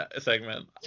segment